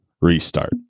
restart